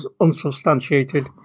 unsubstantiated